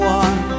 one